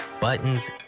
buttons